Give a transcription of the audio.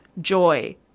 joy